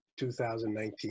2019